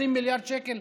20 מיליארד שקל,